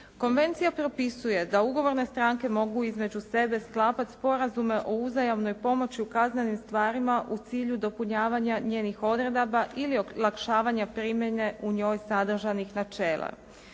Konvencija propisuje da ugovorne stranke mogu između sebe sklapati sporazume o uzajamnoj pomoći u kaznenim stvarima u cilju dopunjavanja njenih odredaba ili olakšavanja primjene u njoj sadržanih načela.